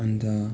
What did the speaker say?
अन्त